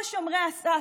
כל שומרי הסף,